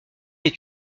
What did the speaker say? est